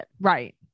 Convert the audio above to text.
right